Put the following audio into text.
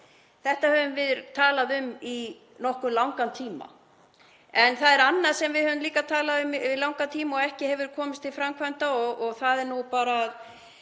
Þetta höfum við talað um í nokkuð langan tíma. Og það er annað sem við höfum líka talað um í langan tíma og ekki hefur komist til framkvæmda — og það er nú bara